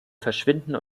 verschwinden